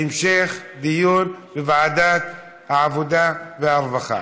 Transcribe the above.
להמשך דיון בוועדת העבודה והרווחה.